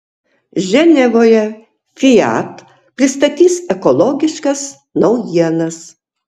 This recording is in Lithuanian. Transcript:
ženevoje fiat pristatys ekologiškas naujienas